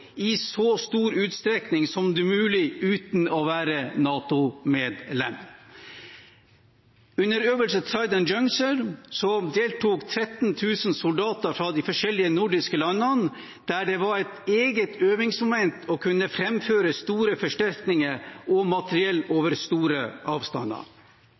i så stor utstrekning som det er mulig uten å være NATO-medlem. Under øvelsen Trident Juncture deltok 13 000 soldater fra de forskjellige nordiske landene, der det var et eget øvingsmoment å kunne framføre store forsterkninger og materiell over store avstander.